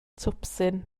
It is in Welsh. twpsyn